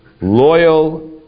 loyal